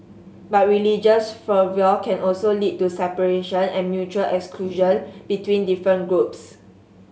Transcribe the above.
but religious fervour can also lead to separation and mutual exclusion between different groups